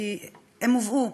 כי הם הובאו,